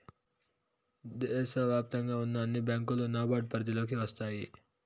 దేశ వ్యాప్తంగా ఉన్న అన్ని బ్యాంకులు నాబార్డ్ పరిధిలోకి వస్తాయి